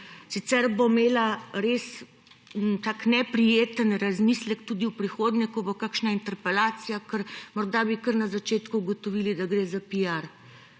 Sicer bom imela res tak neprijeten razmislek tudi v prihodnje, ko bo kakšna interpelacija, ker morda bi kar na začetku ugotovili, da gre za